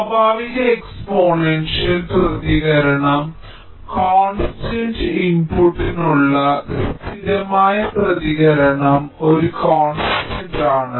സ്വാഭാവിക എക്സ്പോണൻഷ്യൽ പ്രതികരണം കോൺസ്റ്റൻറ് ഇൻപുട്ടിനുള്ള സ്ഥിരമായ പ്രതികരണം ഒരു കോൺസ്റ്റൻറ് ആണ്